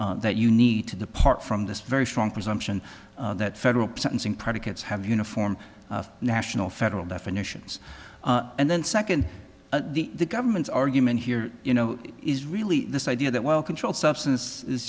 statement that you need to the part from this very strong presumption that federal sentencing predicates have uniform national federal definitions and then second the government's argument here you know is really this idea that well controlled substance is